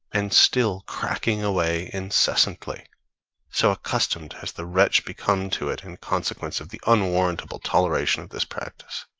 and still cracking away incessantly so accustomed has the wretch become to it in consequence of the unwarrantable toleration of this practice.